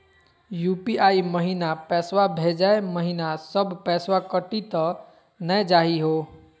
UPI महिना पैसवा भेजै महिना सब पैसवा कटी त नै जाही हो?